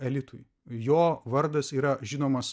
elitui jo vardas yra žinomas